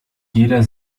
jeder